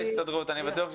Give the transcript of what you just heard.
קודם,